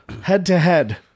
head-to-head